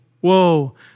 Whoa